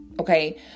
Okay